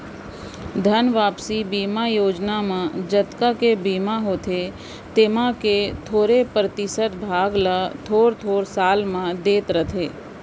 धन वापसी बीमा योजना म जतका के बीमा होथे तेमा के थोरे परतिसत भाग ल थोर थोर साल म देत रथें